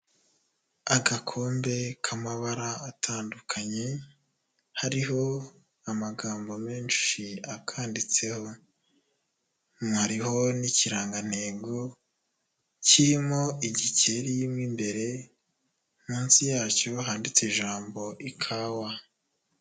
Agakombe k'amabara atandukanye hariho amagambo menshi akanditseho, hariho n'ikirangantego kirimo igikeri mo imbere, munsi yacyo handitse ijambo ikawa.